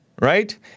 right